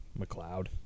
McLeod